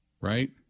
Right